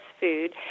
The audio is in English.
food